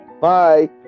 Bye